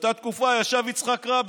באותה תקופה ישב יצחק רבין,